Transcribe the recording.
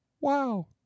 wow